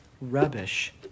rubbish